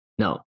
No